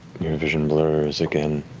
your vision blurs again